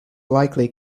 likely